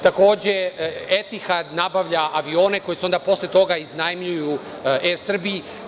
Takođe „Etihad“ nabavlja avione koji se posle toga iznajmljuju „Er Srbiji“